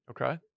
Okay